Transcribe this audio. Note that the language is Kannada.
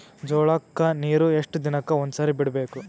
ಜೋಳ ಕ್ಕನೀರು ಎಷ್ಟ್ ದಿನಕ್ಕ ಒಂದ್ಸರಿ ಬಿಡಬೇಕು?